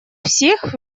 всех